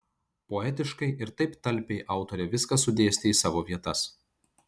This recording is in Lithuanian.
poetiškai ir taip talpiai autorė viską sudėstė į savo vietas